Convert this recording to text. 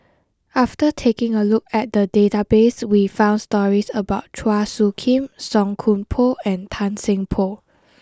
after taking a look at the database we found stories about Chua Soo Khim Song Koon Poh and Tan Seng Poh